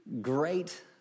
great